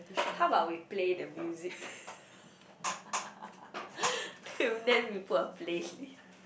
how about we play the music then then we put a play